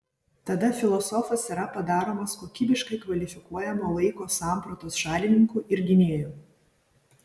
tada filosofas yra padaromas kokybiškai kvalifikuojamo laiko sampratos šalininku ir gynėju